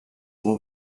will